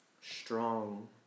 strong